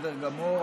בסדר גמור,